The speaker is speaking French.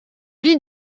lit